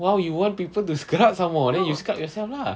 !wow! you want people to scrub some more then you scrub yourself lah